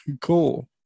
cool